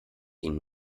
ihnen